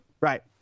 Right